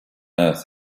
earth